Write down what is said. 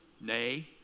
nay